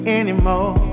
anymore